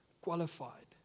qualified